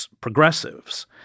progressives